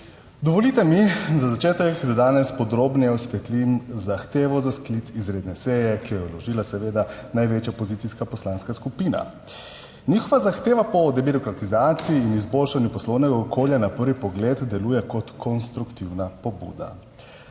Dovolite mi za začetek, da danes podrobneje osvetlim zahtevo za sklic izredne seje, ki jo je vložila seveda največja opozicijska poslanska skupina. Njihova zahteva po debirokratizaciji in izboljšanju poslovnega okolja na prvi pogled deluje kot konstruktivna pobuda,